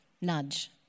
Nudge